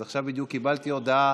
אז עכשיו בדיוק קיבלתי הודעה